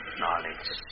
knowledge